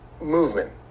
movement